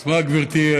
אז מה, גברתי,